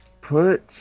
put